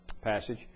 passage